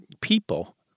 people